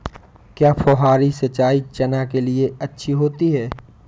क्या फुहारी सिंचाई चना के लिए अच्छी होती है?